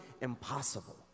impossible